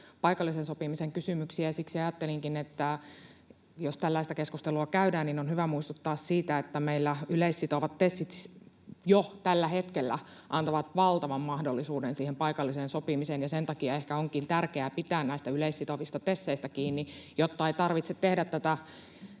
paikallisen sopimisen kysymyksiä, ja siksi ajattelinkin, että jos tällaista keskustelua käydään, niin on hyvä muistuttaa siitä, että meillä yleissitovat TESit jo tällä hetkellä antavat valtavan mahdollisuuden paikalliseen sopimiseen. Sen takia ehkä onkin tärkeää pitää näistä yleissitovista TESeistä kiinni, jotta ei tarvitse tehdä tätä